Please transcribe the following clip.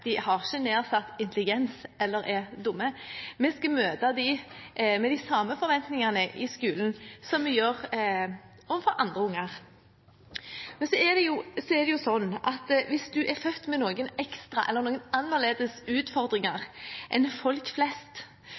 de har ikke nedsatt intelligens eller er dumme. Vi skal møte dem med de samme forventningene i skolen som vi har til andre unger. Men hvis man er født med noen ekstra eller annerledes utfordringer enn folk flest, er det noe med det byråkratiet man møter, noe med det ekstra